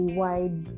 wide